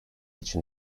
için